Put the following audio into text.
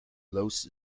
los